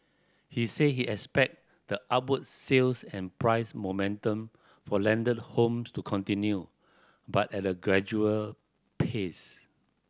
he said he expect the upward sales and price momentum for landed home to continue but at a gradual pace